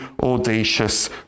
audacious